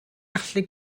gallu